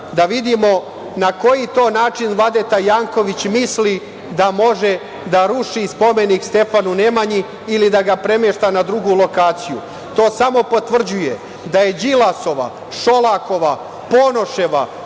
Da vidimo na koji to način Vladeta Janković misli da može da ruši spomenik Stefanu Nemanji ili da ga premešta na drugu lokaciju. To samo potvrđuje da je Đilasova, Šolakova, Ponoševa